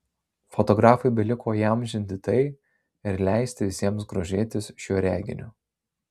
fotografui beliko įamžinti tai ir leisti visiems grožėtis šiuo reginiu